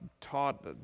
taught